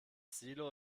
silo